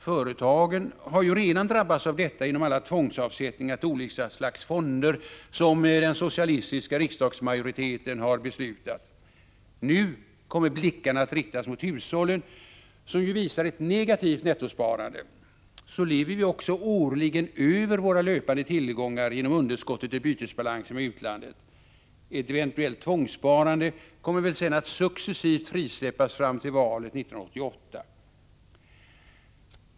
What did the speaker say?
Företagen har ju redan drabbats av detta genom alla tvångsavsättningar till olika slags fonder som den socialistiska riksdagsmajoriteten har beslutat. Nu kommer blickarna att riktas mot hushållen, som ju visar ett negativt nettosparande. Så lever vi också årligen över våra löpande tillgångar genom underskottet i bytesbalansen med utlandet. Ett eventuellt tvångssparande kommer väl sedan att successivt frisläppas fram till valet 1988.